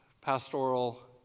pastoral